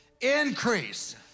increase